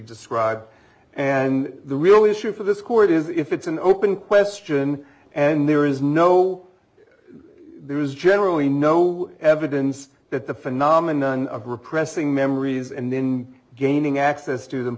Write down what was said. described and the real issue for this court is if it's an open question and there is no there is generally no evidence that the phenomenon of repressing memories and in gaining access to them